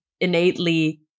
innately